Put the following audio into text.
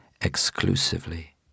exclusively